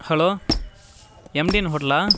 hello MTN ஹோட்டலா